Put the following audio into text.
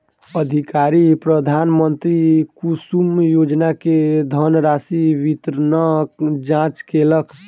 अधिकारी प्रधानमंत्री कुसुम योजना के धनराशि वितरणक जांच केलक